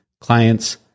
clients